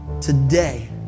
Today